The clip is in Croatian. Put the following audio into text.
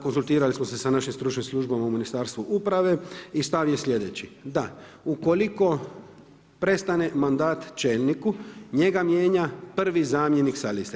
Konzultirali smo se sa našim stručnim službama u Ministarstvu uprave i stav je sljedeći, da ukoliko prestane mandat čelniku njega mijenja prvi zamjenik sa liste.